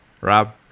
rob